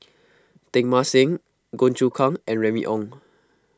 Teng Mah Seng Goh Choon Kang and Remy Ong